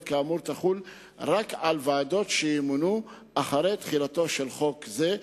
כאמור תחול רק על ועדות שימונו אחרי תחילתו של חוק זה,